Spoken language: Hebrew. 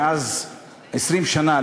מזה 20 שנה,